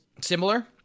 Similar